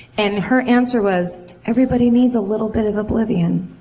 and her answer was, everybody needs a little bit of oblivion.